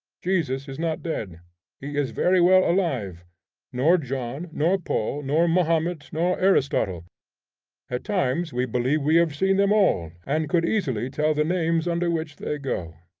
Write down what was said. jesus is not dead he is very well alive nor john, nor paul, nor mahomet, nor aristotle at times we believe we have seen them all, and could easily tell the names under which they go.